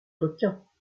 requins